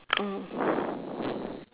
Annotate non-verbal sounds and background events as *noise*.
mm *breath*